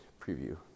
preview